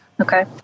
Okay